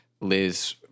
Liz